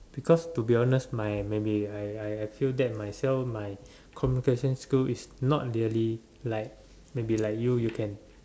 because to be honest my maybe I I I feel that myself my communication skill is not really like maybe like you you can